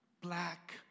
black